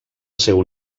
seu